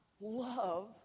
love